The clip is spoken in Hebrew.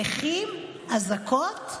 נכים, אזעקות,